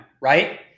right